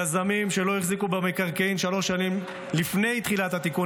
יזמים שלא החזיקו במקרקעין שלוש שנים לפני תחילת התיקון